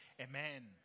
Amen